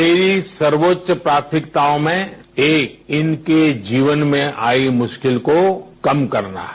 मेरी सर्वोच्च प्राथमिकताओं में एक इनके जीवन में आई मुश्किल को कम करना है